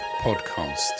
Podcast